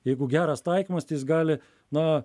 jeigu geras taikymas gali na